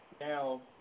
Now